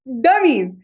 dummies